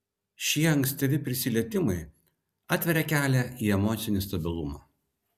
šie ankstyvi prisilietimai atveria kelią į emocinį stabilumą